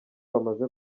bamaze